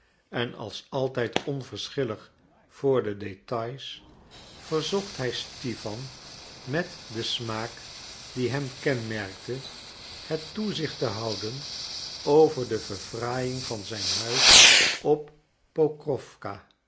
en als altijd onverschillig voor de details verzocht hij stipan met den smaak die hem kenmerkte het toezicht te houden over de verfraaiing van zijn huis op pokrowka